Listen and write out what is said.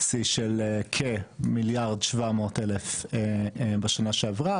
שיא של כ-1.7 מיליון בשנה שעברה,